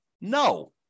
No